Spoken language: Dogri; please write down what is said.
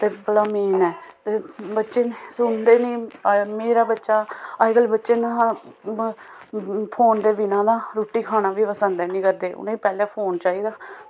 ते बच्चे सुनदे निं मेरा बच्चा अजकल्ल बच्चे ना फोन दे बिना रुट्टी खाना बी पसंद ऐ निं करदे ते उ'नें गी पैह्लें फोन चाहिदा